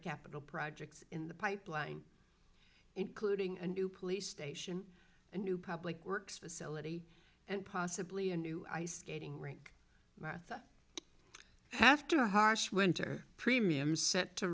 capital projects in the pipeline including a new police station a new public works facility and possibly a new ice skating rink martha after harsh winter premiums set to